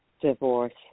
divorce